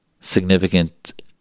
significant